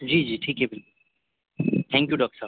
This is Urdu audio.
جی جی ٹھیک ہے بھی تھینک یو ڈاکٹر صاحب